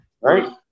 Right